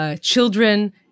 Children